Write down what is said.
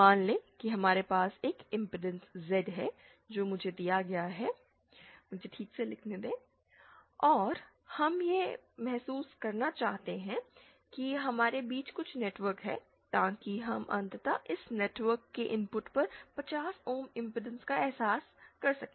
मान लें कि हमारे पास एक इमपेडेंस Z है जो मुझे दिया गया है मुझे इसे ठीक से लिखने दें और हम यह महसूस करना चाहते हैं कि हमारे बीच कुछ नेटवर्क हैं ताकि हम अंततः इस नेटवर्क के इनपुट पर 50 ओम इमपेडेंस का एहसास कर सकें